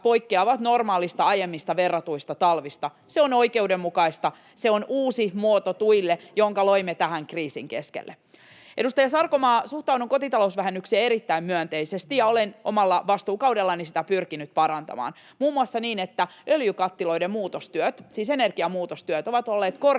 poikkeavat normaalista aiemmista verratuista talvista. Se on oikeudenmukaista, se on uusi muoto tuille, jonka loimme tähän kriisin keskelle. Edustaja Sarkomaa, suhtaudun kotitalousvähennykseen erittäin myönteisesti, ja olen omalla vastuukaudellani sitä pyrkinyt parantamaan, muun muassa niin, että öljykattiloiden muutostyöt — siis energiamuutostyöt — ovat olleet korkeamman